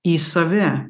į save